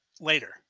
later